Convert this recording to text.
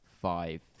five